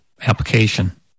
application